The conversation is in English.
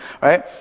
right